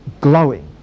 glowing